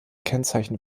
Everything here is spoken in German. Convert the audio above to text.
kennzeichen